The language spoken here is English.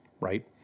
right